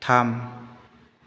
थाम